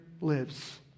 lives